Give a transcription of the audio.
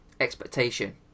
expectation